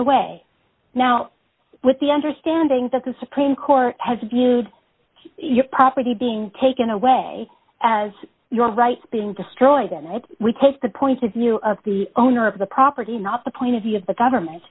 away now with the understanding that the supreme court has abused your property being taken away as your rights being destroyed and if we take the point of view of the owner of the property not the point of view of the government